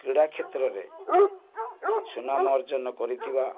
କ୍ରୀଡ଼ା କ୍ଷେତ୍ରରେ ସୁନାମ ଅର୍ଜନ କରିଥିବା